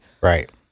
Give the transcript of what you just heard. Right